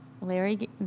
Larry